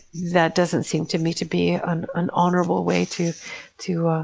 that doesn't seem to me to be an an honorable way to to ah